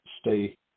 stay